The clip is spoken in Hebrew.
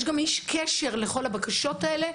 יש גם איש קשר לכל הבקשות האלה,